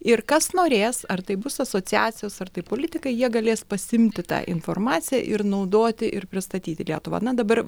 ir kas norės ar tai bus asociacijos ar tai politikai jie galės pasiimti tą informaciją ir naudoti ir pristatyti lietuvą na dabar